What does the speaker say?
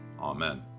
Amen